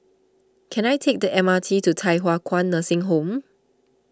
can I take the M R T to Thye Hua Kwan Nursing Home